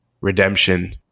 redemption